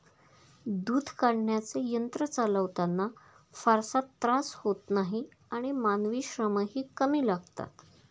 दूध काढण्याचे यंत्र चालवताना फारसा त्रास होत नाही आणि मानवी श्रमही कमी लागतात